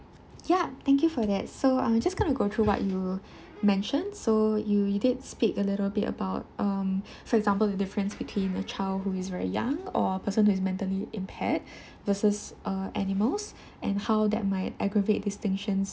ya thank you for that so I'm just going to go through what you mentioned so you you did speak a little bit about um so example the difference between a child who is very young or a person who is mentally impaired versus uh animals and how that might aggravate distinctions